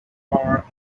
power